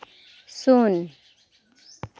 ᱥᱩᱱ